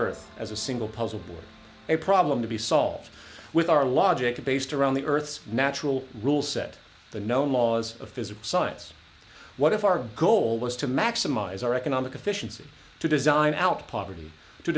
earth as a single puzzle a problem to be solved with our logic based around the earth's natural rule set the known laws of physics science what if our goal was to maximize our economic efficiency to design out poverty to